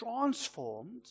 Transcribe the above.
transformed